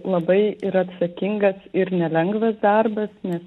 labai ir atsakingas ir nelengvas darbas nes